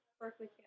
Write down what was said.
Berkeley